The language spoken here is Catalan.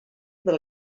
del